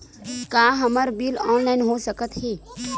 का हमर bill online हो सकत हे?